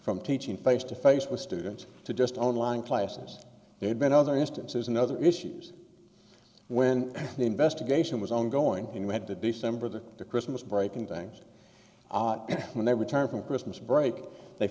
from teaching face to face with students to just on line classes they had been other instances and other issues when the investigation was ongoing and we had the december the christmas break and things and when they returned from christmas break they